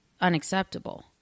unacceptable